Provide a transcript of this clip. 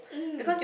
mm